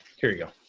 here you go.